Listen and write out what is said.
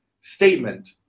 statement